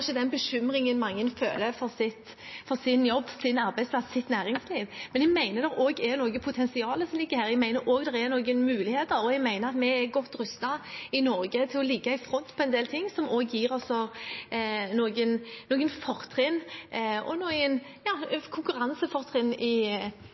den bekymringen mange føler for sin jobb, sin arbeidsplass og sitt næringsliv. Men jeg mener det også ligger et potensial her, jeg mener det også er noen muligheter, og jeg mener vi er godt rustet i Norge til å ligge i front på en del ting som gir oss noen fortrinn – ja, noen konkurransefortrinn – i global og europeisk sammenheng. Men at det er noen